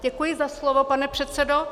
Děkuji za slovo, pane předsedo.